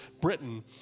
Britain